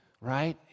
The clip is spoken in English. right